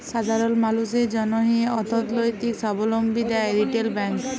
সাধারল মালুসের জ্যনহে অথ্থলৈতিক সাবলম্বী দেয় রিটেল ব্যাংক